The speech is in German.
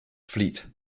fleet